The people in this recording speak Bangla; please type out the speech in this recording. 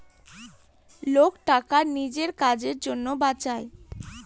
লোক টাকা নিজের কাজের জন্য বাঁচায়